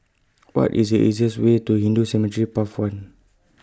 What IS The easiest Way to Hindu Cemetery Path one